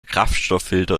kraftstofffilter